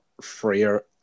freer